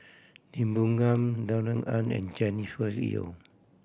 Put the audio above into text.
Lee Boon Ngan Darrell Ang and Jennifer Yeo